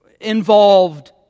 involved